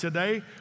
Today